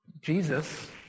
Jesus